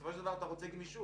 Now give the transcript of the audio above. בסופו של דבר דרושה גמישות,